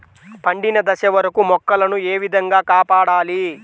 పండిన దశ వరకు మొక్కల ను ఏ విధంగా కాపాడాలి?